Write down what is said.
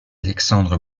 alexandre